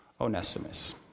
Onesimus